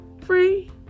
free